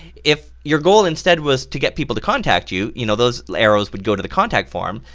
if your goal instead was to get people to contact you you know those arrows would go to the contact form,